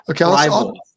Okay